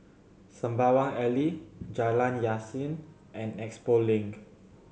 Sembawang Alley Jalan Yasin and Expo Link